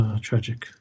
tragic